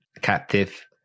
captive